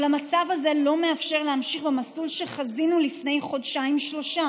אבל המצב הזה לא מאפשר להמשיך במסלול שחזינו לפני חודשיים-שלושה.